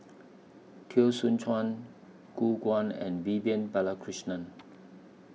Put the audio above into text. Teo Soon Chuan Gu Guan and Vivian Balakrishnan